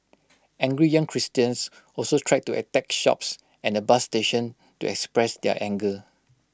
angry young Christians also tried to attack shops and A bus station to express their anger